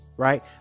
Right